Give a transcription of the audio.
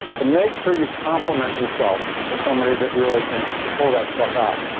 so, make sure you complement yourself with somebody that really can pull that stuff out.